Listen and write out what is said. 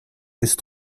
ist